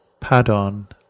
Padon